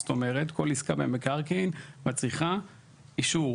זאת אומרת, כל עסקה במקרקעין מצריכה אישור.